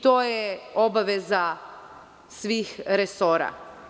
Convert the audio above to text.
To je obaveza svih resora.